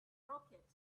rocket